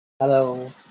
Hello